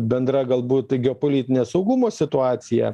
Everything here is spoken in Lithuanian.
bendra galbūt geopolitinė saugumo situacija